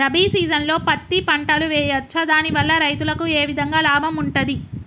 రబీ సీజన్లో పత్తి పంటలు వేయచ్చా దాని వల్ల రైతులకు ఏ విధంగా లాభం ఉంటది?